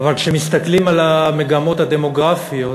אבל כשמסתכלים על המגמות הדמוגרפיות